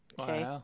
okay